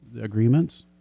agreements